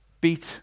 beat